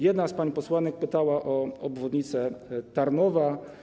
Jedna z pań posłanek pytała o obwodnicę Tarnowa.